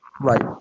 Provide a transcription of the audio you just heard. Right